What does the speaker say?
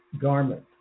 garment